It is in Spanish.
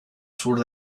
sur